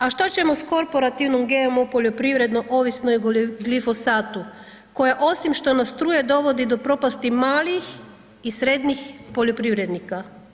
A što ćemo sa korporativnom GMO poljoprivredom ovisnoj o glifosatu koja osim što nas truje, dovodi do propasti malih i srednjih poljoprivrednika?